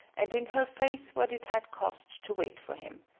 and in her face what it had cost to wait for him.